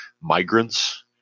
migrants